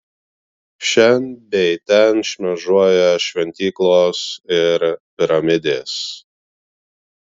šen bei ten šmėžuoja šventyklos ir piramidės